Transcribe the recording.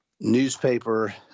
newspaper